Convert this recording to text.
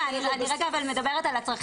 דברים כאלה --- אני רגע מדברת על הצרכים,